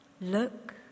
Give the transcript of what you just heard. Look